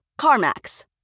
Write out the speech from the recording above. CarMax